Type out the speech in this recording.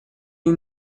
این